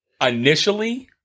Initially